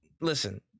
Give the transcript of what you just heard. listen